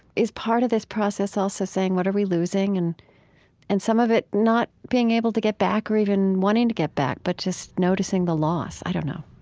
is part of this process also saying what are we losing and and some of it not being able to get back or even wanting to get back, but just noticing the loss? i don't know